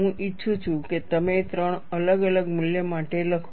હું ઈચ્છું છું કે તમે 3 અલગ અલગ મૂલ્યો માટે લખો